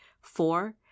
Four